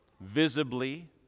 visibly